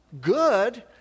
good